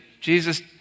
Jesus